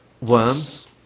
worms